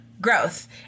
growth